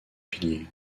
pilier